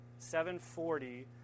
740